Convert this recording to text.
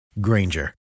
Granger